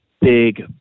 big